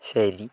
ശരി